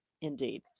Indeed